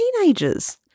teenagers